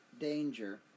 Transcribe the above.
danger